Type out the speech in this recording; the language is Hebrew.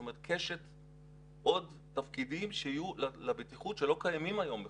זאת אומרת עוד תפקידים שיהיו לבטיחות שלא קיימים היום בכלל.